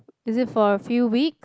is it for a few weeks